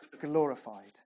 glorified